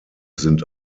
sind